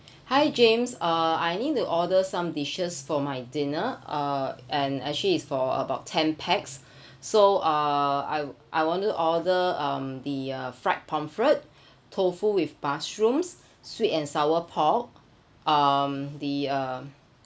hi james uh I need to order some dishes for my dinner uh and actually it's for about ten pax so uh I I wanted to order um the uh fried pomfret tofu with mushrooms sweet and sour pork um the uh